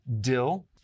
dill